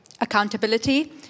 accountability